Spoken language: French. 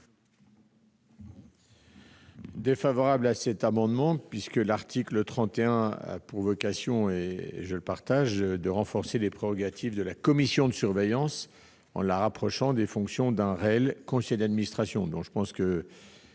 défavorable à cet amendement, l'article 31 ayant pour vocation, que je partage, de renforcer les prérogatives de la commission de surveillance en la rapprochant des fonctions d'un réel conseil d'administration.